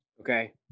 Okay